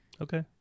Okay